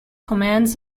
commands